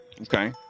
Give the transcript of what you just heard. Okay